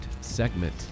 segment